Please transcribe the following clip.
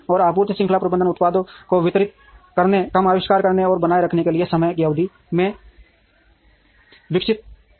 और आपूर्ति श्रृंखला प्रबंधन उत्पादों को वितरित करने कम आविष्कार करने और बनाए रखने के लिए समय की अवधि में विकसित हुआ